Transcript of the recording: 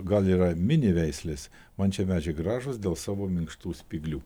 gal yra mini veislės mat šie medžiai gražūs dėl savo minkštų spyglių